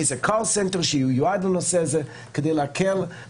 שיהיה איזשהו מרכז שייועד לנושא הזה כדי להקל.